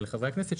חברי הכנסת,